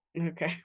Okay